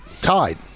tied